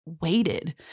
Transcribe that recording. waited